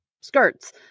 skirts